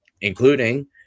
including